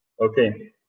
okay